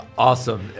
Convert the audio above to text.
Awesome